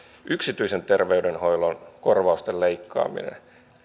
yksityisen terveydenhoidon korvausten leikkaaminen